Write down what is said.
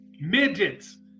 Midgets